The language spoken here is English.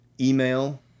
Email